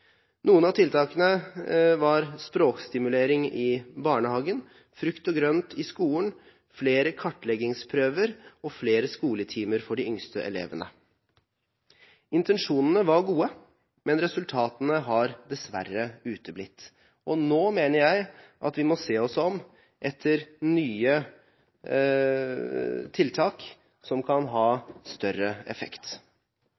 Noen av tiltakene var språkstimulering i barnehagen, frukt og grønt i skolen, flere kartleggingsprøver og flere skoletimer for de yngste elevene. Intensjonene var gode, men resultatene har dessverre uteblitt. Nå mener jeg at vi må se oss om etter nye tiltak som kan